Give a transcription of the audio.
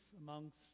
amongst